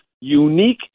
unique